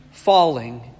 falling